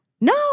No